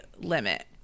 limit